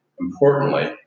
Importantly